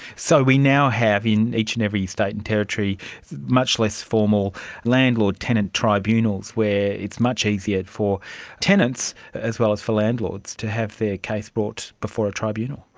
so we now have in each and every state and territory much less formal landlords tenant tribunals where it's much easier for tenants as well as for landlords to have their case brought before a tribunal.